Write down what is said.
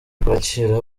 kwakira